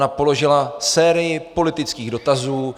Ona položila sérii politických dotazů.